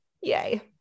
yay